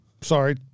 Sorry